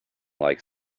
like